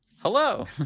hello